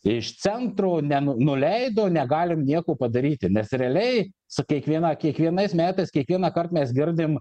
iš centro ne nuleido negalim nieko padaryti nes realiai su kiekviena kiekvienais metais kiekvienąkart mes girdim